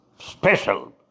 special